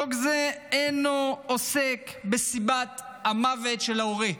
חוק זה אינו עוסק בסיבת המוות של ההורה.